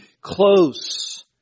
close